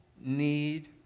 need